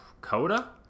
Coda